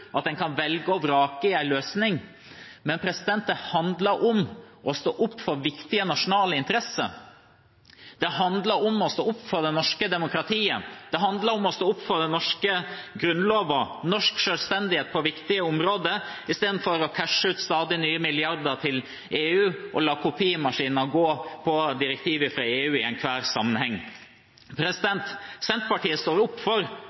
at en kan velge og vrake mellom løsninger, men det handler om å stå opp for viktige nasjonale interesser. Det handler om å stå opp for det norske demokratiet. Det handler om å stå opp for den norske grunnloven, norsk selvstendighet på viktige områder, istedenfor å cashe ut stadig nye milliarder til EU og la kopimaskinen gå med direktiver fra EU i enhver sammenheng. Senterpartiet står opp for